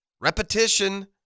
repetition